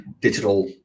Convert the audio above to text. Digital